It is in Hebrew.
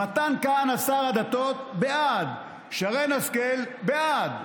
מתן כהנא, שר הדתות, בעד, שרן השכל, בעד.